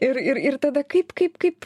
ir ir ir tada kaip kaip kaip